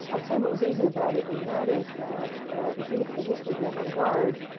i'll tell you what was easy about it, and that is that if you look at the history of the avant garde,